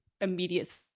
immediate